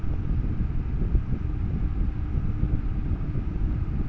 আমার ব্যাংক লোনের কিস্তি কি কিভাবে দেবো?